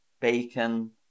bacon